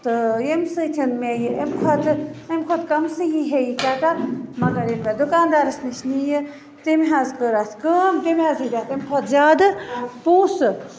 تہٕ ییٚمہٕ سۭتۍ مےٚ یہِ امہِ کھۄتہٕ اَمہِ کھۄتہٕ کمسٕے یِہے یہِ کٮ۪ٹٕل مگر ییٚلہِ مےٚ دُکاندارس نِش نی یہِ تمہِ حظ کٔر اَتھ کٲم تمہِ حظ ہٮ۪تۍ اَتھ اَمہِ کھۄتہٕ زیادٕ پونٛسہٕ